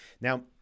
Now